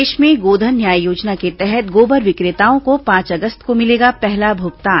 प्रदेश में गोधन न्याय योजना के तहत गोबर विक्रेताओं को पांच अगस्त को मिलेगा पहला भुगतान